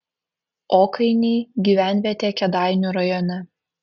okainiai gyvenvietė kėdainių rajone